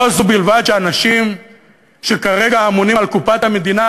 לא זו בלבד שאנשים שכרגע אמונים על קופת המדינה